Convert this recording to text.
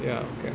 ya okay